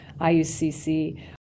IUCC